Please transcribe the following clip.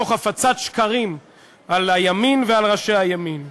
תוך הפצת שקרים על הימין ועל ראשי הימין.